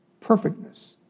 perfectness